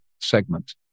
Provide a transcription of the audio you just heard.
segment